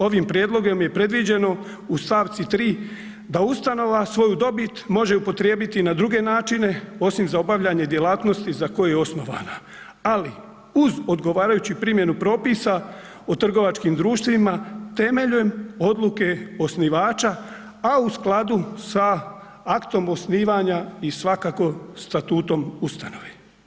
Ovim prijedlogom je predviđeno u stavci 3 da ustanova svoju dobit može upotrijebiti i na druge načine osim za obavljanje djelatnosti za koju je osnovana ali uz odgovarajuću primjenu propisa o trgovačkim društvima temeljem odluke osnivača a u skladu sa aktom osnivanja i svakako statutom ustanove.